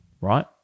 right